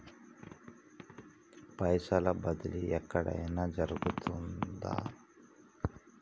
పైసల బదిలీ ఎక్కడయిన జరుగుతదా?